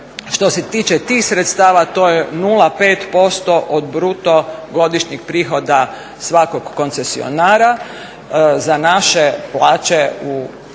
Što se tiče tih sredstava to je 0,5% od bruto godišnjeg prihoda svakog koncesionara. Za naše plaće u